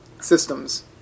Systems